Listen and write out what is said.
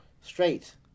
Straight